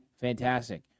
fantastic